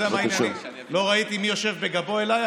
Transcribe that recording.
לא ראיתי מי יושב בגבו אליי,